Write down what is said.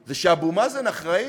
זה שאבו מאזן אחראי?